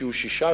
שיהיו 6,